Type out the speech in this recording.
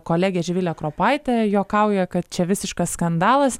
kolegė živilė kropaitė juokauja kad čia visiškas skandalas